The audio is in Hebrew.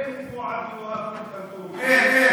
אין כמו עבד אל-והאב